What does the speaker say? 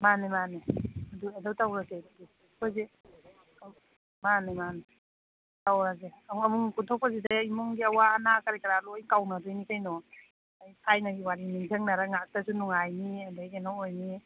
ꯃꯥꯅꯤ ꯃꯥꯅꯤ ꯑꯗꯨ ꯑꯗꯨ ꯇꯧꯔꯁꯦ ꯑꯩꯈꯣꯏꯁꯦ ꯃꯥꯅꯤ ꯃꯥꯅꯤ ꯇꯧꯔꯁꯦ ꯑꯃꯨꯛ ꯑꯃꯨꯛ ꯄꯨꯟꯊꯣꯛꯄꯁꯤꯗ ꯏꯃꯨꯡꯒꯤ ꯑꯋꯥ ꯑꯅꯥ ꯀꯔꯤ ꯀꯔꯥ ꯂꯣꯏ ꯀꯥꯎꯅꯗꯣꯏꯅꯤ ꯀꯩꯅꯣ ꯊꯥꯏꯅꯒꯤ ꯋꯥꯔꯤ ꯅꯤꯡꯁꯤꯅꯔ ꯉꯥꯏꯍꯥꯛꯇꯁꯨ ꯅꯨꯡꯉꯥꯏꯅꯤ ꯑꯗꯩ ꯀꯩꯅꯣ ꯑꯣꯏꯅꯤ